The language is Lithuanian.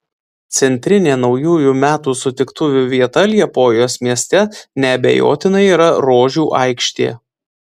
centrinė naujųjų metų sutiktuvių vieta liepojos mieste neabejotinai yra rožių aikštė